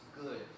good